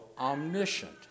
omniscient